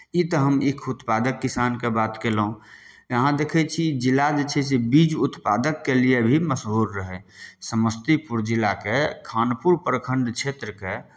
ई तऽ हम ईख उत्पादक किसानके बात कयलहुँ अहाँ देखै छी जिला जे छै से बीज उत्पादकके लिए भी मशहूर रहै समस्तीपुर जिलाके खानपुर प्रखण्ड क्षेत्रके